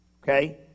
Okay